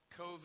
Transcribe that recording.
COVID